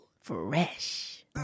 fresh